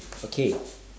okay